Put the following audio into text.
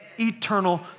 eternal